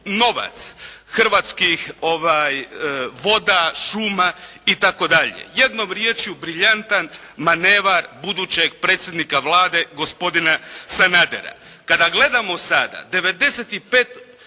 novac Hrvatski voda, šuma itd. Jednom riječju briljantan manevar budućeg predsjednika Vlade gospodina Sanadera. Kada gledamo sada, 95